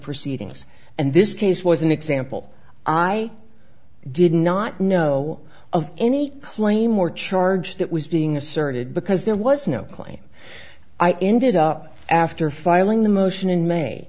proceedings and this case was an example i did not know of any claim or charge that was being asserted because there was no claim i ended up after filing the motion in